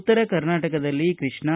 ಉತ್ತರ ಕರ್ನಾಟಕದಲ್ಲಿ ಕೃಷ್ಣಾ